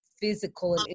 physical